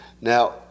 Now